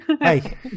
Hey